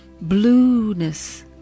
blueness